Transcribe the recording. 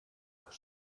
das